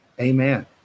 Amen